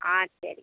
ஆ சரி